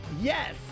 yes